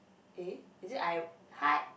eh is it I what